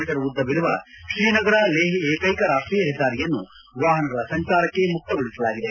me ಉದ್ದವಿರುವ ಶ್ರೀನಗರ್ ಲೇಹ್ ಏಕ್ಕೆಕ ರಾಷ್ಷೀಯ ಹೆದ್ದಾರಿಯನ್ನು ವಾಹನಗಳ ಸಂಚಾರಕ್ಕೆ ಮುಕ್ತಗೊಳಿಸಲಾಗಿದೆ